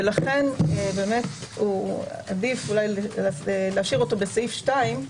ולכן עדיף אולי להשאיר אותו בסעיף 2,